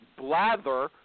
blather